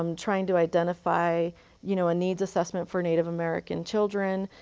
um trying to identify you know a needs assessment for native american children.